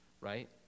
right